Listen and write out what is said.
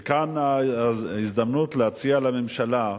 וכאן ההזדמנות להציע לממשלה,